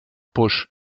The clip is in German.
busch